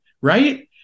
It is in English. right